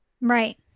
Right